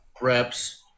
reps